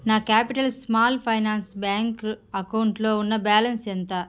నా capital small finance bank అకౌంట్లో ఉన్న బ్యాలన్స్ ఎంత